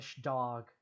dog